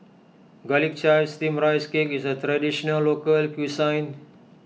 Garlic Chives Steamed Rice Cake is a Traditional Local Cuisine